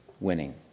winning